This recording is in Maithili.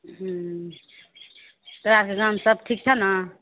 हम तोरा आरके गाममे सब ठीक छऽ ने